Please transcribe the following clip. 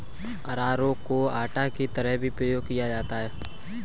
अरारोट को आटा की तरह भी प्रयोग किया जाता है